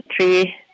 three